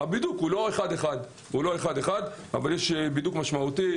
הבידוק הוא לא אחד אחד, אבל יש בידוק משמעותי.